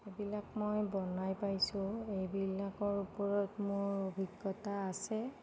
সেইবিলাক মই বনাই পাইছোঁ এইবিলাকৰ ওপৰত মোৰ অভিজ্ঞতা আছে